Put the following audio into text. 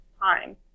time